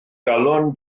galon